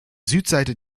südseite